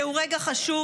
זהו רגע חשוב,